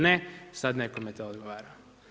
Ne, sada nekome to odgovara.